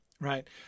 right